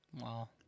Wow